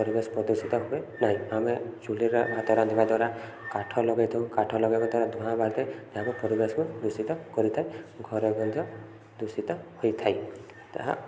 ପରିବେଶ ପ୍ରଦୂଷିତ ହୁଏ ନାହିଁ ଆମେ ଚୁଲିରେ ଭାତ ରାନ୍ଧିବା ଦ୍ୱାରା କାଠ ଲଗେଇଥାଉ କାଠ ଲଗେଇବା ଦ୍ୱାରା ଧୂଆଁ ବାହାରିଥାଏ ଯାହାକୁ ପରିବେଶକୁ ଦୂଷିତ କରିଥାଏ ଘର ମଧ୍ୟ ଦୂଷିତ ହୋଇଥାଏ ତାହା